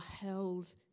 held